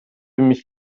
mich